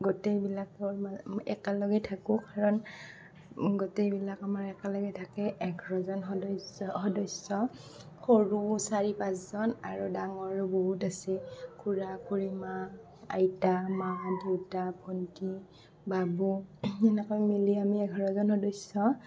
গোটেইবিলাকৰ একেলগেই থাকোঁ ঘৰত গোটেইবিলাক আমাৰ একেলগেই থাকে এঘাৰজন সদস্য সদস্য সৰু চাৰি পাঁচজন আৰু ডাঙৰ বহুত আছে খুৰা খুৰীমা আইতা মা দেউতা ভন্টি বাবু এনেকৈ মিলি আমি এঘাৰজন সদস্য